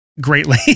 greatly